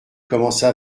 commença